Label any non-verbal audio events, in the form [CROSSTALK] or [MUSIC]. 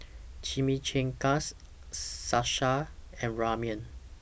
[NOISE] Chimichangas Salsa and Ramen